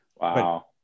Wow